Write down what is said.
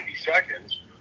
seconds